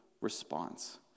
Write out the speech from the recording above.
response